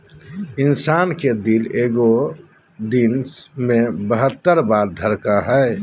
इंसान के दिल एगो दिन मे बहत्तर बार धरकय हइ